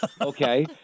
okay